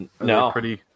No